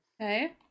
okay